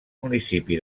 municipi